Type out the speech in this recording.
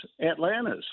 Atlanta's